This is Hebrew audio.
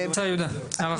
יהודה, הערה חשובה.